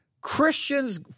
Christians